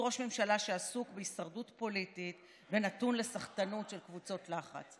ראש ממשלה שעסוק בהישרדות פוליטית ונתון לסחטנות של קבוצות לחץ.